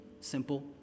Simple